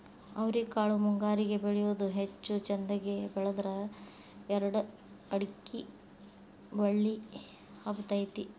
ಅವ್ರಿಕಾಳು ಮುಂಗಾರಿಗೆ ಬೆಳಿಯುವುದ ಹೆಚ್ಚು ಚಂದಗೆ ಬೆಳದ್ರ ಎರ್ಡ್ ಅಕ್ಡಿ ಬಳ್ಳಿ ಹಬ್ಬತೈತಿ